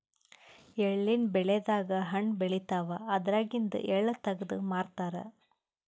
ಎಳ್ಳಿನ್ ಬೆಳಿದಾಗ್ ಹಣ್ಣ್ ಬೆಳಿತಾವ್ ಅದ್ರಾಗಿಂದು ಎಳ್ಳ ತಗದು ಮಾರ್ತಾರ್